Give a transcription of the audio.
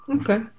Okay